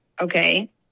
okay